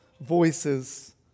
voices